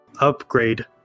upgrade